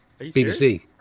BBC